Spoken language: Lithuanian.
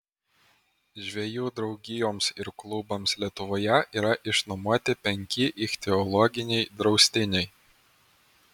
žvejų draugijoms ir klubams lietuvoje yra išnuomoti penki ichtiologiniai draustiniai